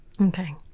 Okay